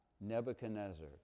Nebuchadnezzar